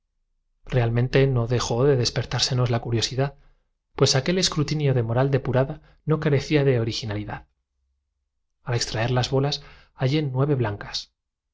realmente no dejó de despertársenos la curiosidad revo cación del edicto de nantes pues aquel escrutinio de moral depurada no carecía de originalidad en derechodeclaró el al extraer las bolas hallé nueve blancas